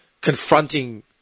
confronting